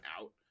out